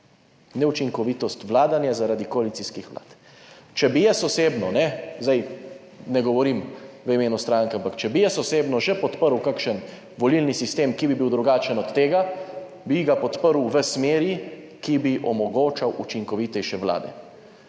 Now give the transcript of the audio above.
Neučinkovitost vladanja zaradi koalicijskih vlad. Če bi jaz osebno, ne, zdaj ne govorim v imenu stranke, ampak če bi jaz osebno že podprl kakšen volilni sistem, ki bi bil drugačen od tega, bi ga podprl v smeri, ki bi omogočal učinkovitejše vlade.